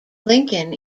lincoln